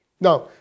Now